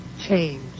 change